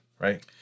Right